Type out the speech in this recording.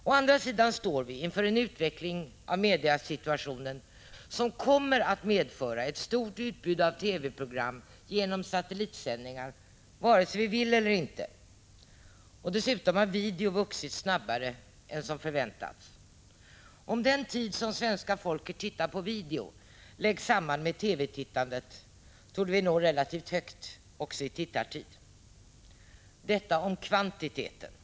Å andra sidan står vi inför en utveckling av mediasituationen, som kommer att medföra ett stort utbud av TV-program genom satellitsändningar vare sig vi vill det eller inte. Dessutom har video utvecklats snabbare än som förväntats. Om den tid som svenska folket tittar på videoprogram läggs samman med TV-tittandet, torde vi nå relativt högt också i fråga om tittartid. Detta om 3 kvantiteten. Prot.